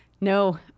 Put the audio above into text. No